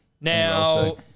Now